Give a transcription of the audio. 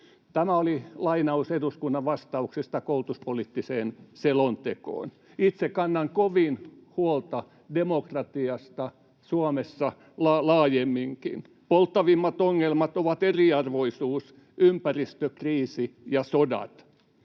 Tämä oli lainaus eduskunnan vastauksesta koulutuspoliittiseen selontekoon. Itse kannan kovin huolta demokratiasta Suomessa laajemminkin. Polttavimmat ongelmat ovat eriarvoisuus, ympäristökriisi ja sodat.